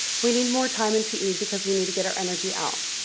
we need more time in pe because we need to get our energy out.